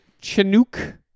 Chinook